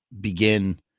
begin